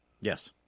Yes